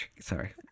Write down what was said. Sorry